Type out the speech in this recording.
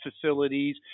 facilities